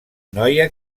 noia